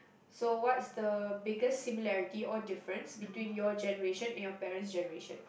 so what's the biggest similarity or difference between your generation and your parents' generation